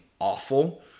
awful